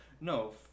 No